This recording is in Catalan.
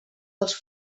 dels